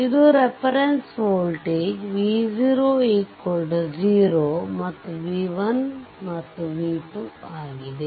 ಇದು reference voltage v 0 0 ಮತ್ತು v1 ಮತ್ತು v2 ಆಗಿದೆ